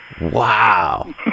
Wow